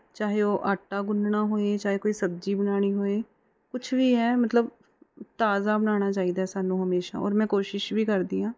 ਚਾਹੇ ਉਹ ਆਟਾ ਗੁੰਨ੍ਹਣਾ ਹੋਏ ਚਾਹੇ ਕੋਈ ਸਬਜ਼ੀ ਬਣਾਉਣੀ ਹੋਏ ਕੁਛ ਵੀ ਹੈ ਮਤਲਬ ਤਾਜ਼ਾ ਬਣਾਉਣਾ ਚਾਹੀਦਾ ਸਾਨੂੰ ਹਮੇਸ਼ਾ ਔਰ ਮੈਂ ਕੋਸ਼ਿਸ਼ ਵੀ ਕਰਦੀ ਹਾਂ